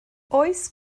oes